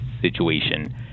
situation